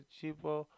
cheaper